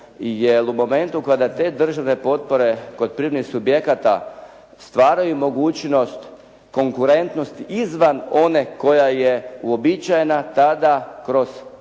jer u momentu kada te države potpore kod privrednih subjekata stvaraju mogućnost konkurentnosti izvan one koja je uobičajena, tada kroz